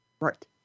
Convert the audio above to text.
Right